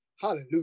Hallelujah